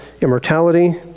immortality